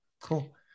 Cool